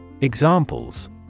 Examples